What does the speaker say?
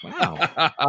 Wow